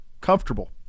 comfortable